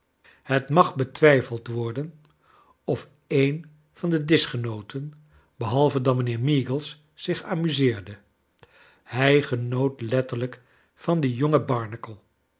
het mag betwijfeld w or den of een van de dischgenooten behalve dan mijnheer meagles zich amuseerde hij genoot letterlijk van dien jongen barnacle